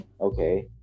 okay